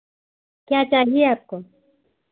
क्या चाहिए आपको